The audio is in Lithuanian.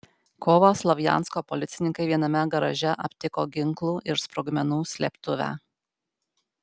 kovą slovjansko policininkai viename garaže aptiko ginklų ir sprogmenų slėptuvę